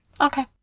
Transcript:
Okay